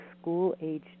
school-age